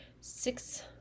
six